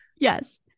Yes